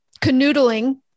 canoodling